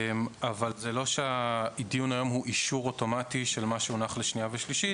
זה לא שהדיון היום הוא אישור אוטומטי של מה שהונח לשנייה ושלישית,